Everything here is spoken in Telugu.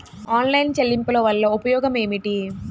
ఆన్లైన్ చెల్లింపుల వల్ల ఉపయోగమేమిటీ?